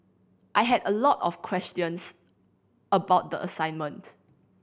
I had a lot of questions about the assignment